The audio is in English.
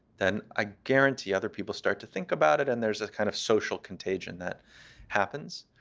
then i guarantee other people start to think about it. and there's a kind of social contagion that happens.